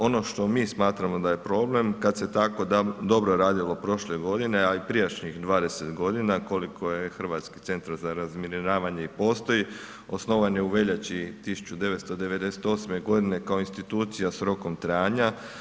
Ono što mi smatramo da je problem, kad se tako dobro radilo prošle godine, a i prijašnjih 20 godina, koliko je Hrvatski centar za razminiravanje i postoji, osnovan je u veljači 1998. godine kao institucija s rokom trajanja.